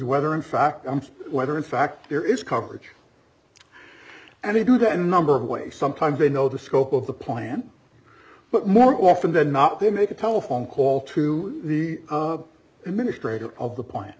whether in fact whether in fact there is coverage and you do that a number of ways sometimes they know the scope of the plan but more often than not they make a telephone call to the administrators of the p